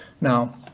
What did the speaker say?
Now